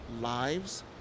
lives